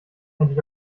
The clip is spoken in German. endlich